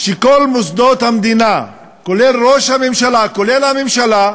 כל מוסדות המדינה, כולל ראש הממשלה, כולל הממשלה,